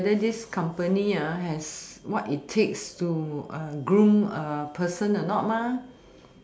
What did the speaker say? whether this company has what it takes to groom a person or not mah